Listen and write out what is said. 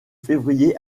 février